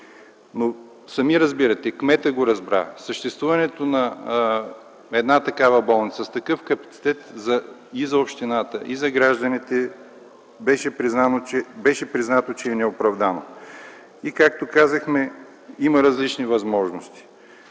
г. Сами разбирате, кметът го разбра – съществуването на една такава болница с такъв капацитет и за общината, и за гражданите, беше признато, че е неоправдано. И, както казахме, има различни възможности